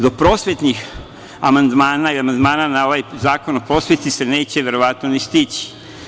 Do prosvetnih amandmana i amandmana na ovaj zakon o prosveti se neće verovatno ni stići.